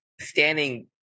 standing